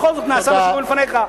בכל זאת נעשה משהו לפניך.